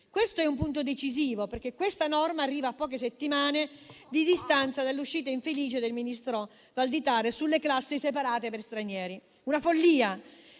Questo è un punto decisivo, perché questa norma arriva a poche settimane di distanza dall'uscita infelice del ministro Valditara sulle classi separate per stranieri: una follia,